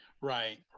right